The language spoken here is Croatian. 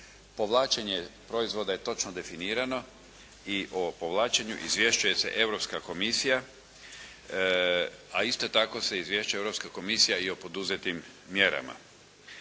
Povlačenje proizvoda je točno definirano i o povlačenju izvješćuje se Europska komisija, a isto tako se izvješćuje Europska komisija i o poduzetim mjerama.